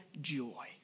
joy